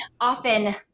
often